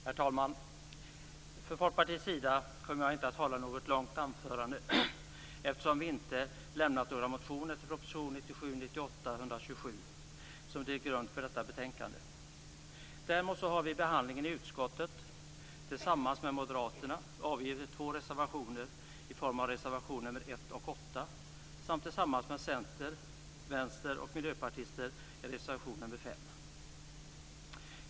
Herr talman! Jag kommer inte att hålla något långt anförande, eftersom vi i Folkpartiet inte har väckt några motioner med anledning av proposition Däremot har vi vid behandlingen i utskottet tillsammans med Moderaterna avgivit två reservationer, reservationerna 1 och 8, och tillsammans med Centerpartiet, Vänsterpartiet och Miljöpartiet reservation 5.